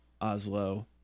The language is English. oslo